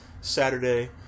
Saturday